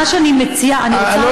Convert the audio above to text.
מה שאני מציעה: אני רוצה לדעת, לא,